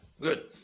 good